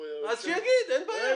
אז שיגיד, אין בעיה.